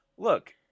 Look